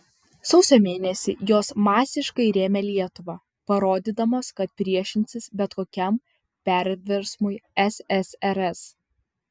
sausio mėnesį jos masiškai rėmė lietuvą parodydamos kad priešinsis bet kokiam perversmui ssrs